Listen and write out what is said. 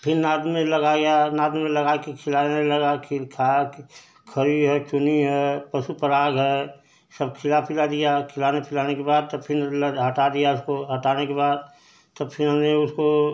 फिर नाद में लगाया नाद में लगा कर खिलाने लगा खिर खाके खरी है चूनी है पशु पराग है सब खिला पिला दिया खिलाने पिलाने के बाद तब फिर हटा दिया उसको हटाने के बाद तब फिर हमने उसको